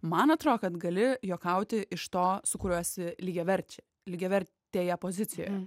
man atrodo kad gali juokauti iš to su kuriuo esi lygiaverčiai lygiavertėje pozicijoje